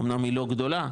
אמנם היא לא גדולה,